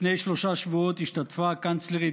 לפני שלושה שבועות השתתפה קנצלרית